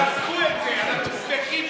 אנחנו שמחים,